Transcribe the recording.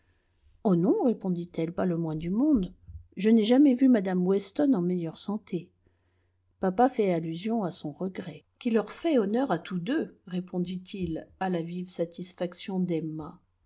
oh non répondit-elle pas le moins du monde je n'ai jamais vu mme weston en meilleure santé papa fait allusion à son regret qui leur fait honneur à tous deux répondit-il à la vive satisfaction d'emma